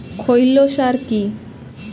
খৈল সার কি?